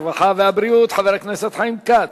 הרווחה והבריאות חבר הכנסת חיים כץ.